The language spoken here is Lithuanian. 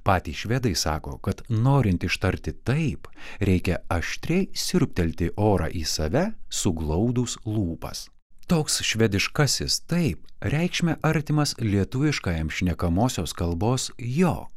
patys švedai sako kad norint ištarti taip reikia aštriai siurbtelti orą į save suglaudus lūpas toks švediškasis taip reikšme artimas lietuviškajam šnekamosios kalbos jo